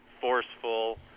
forceful